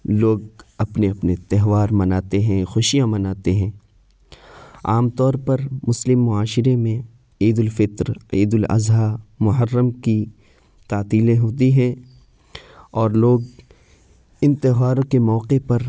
لوگ اپنے اپنے تہوار مناتے ہیں خوشیاں مناتے ہیں عام طور پر مسلم معاشرے میں عید الفطر عید الاضحیٰ محرم کی تعطیلیں ہوتی ہیں اور لوگ ان تہواروں کے موقع پر